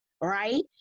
right